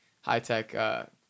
high-tech